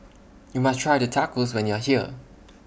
YOU must Try Tacos when YOU Are here